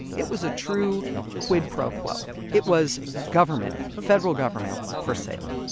it was a true quid-pro-quo, it was government federal government for sale